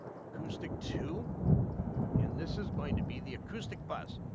acoustic two and this is going to be the acoustic bus.